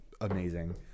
amazing